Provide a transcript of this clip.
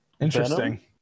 interesting